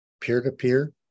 peer-to-peer